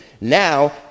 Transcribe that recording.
Now